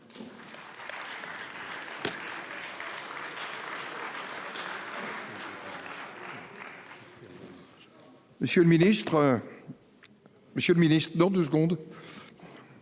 Monsieur le Ministre, dans deux secondes.